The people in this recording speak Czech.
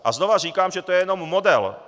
A znovu říkám, že to je jenom model.